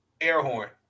Airhorn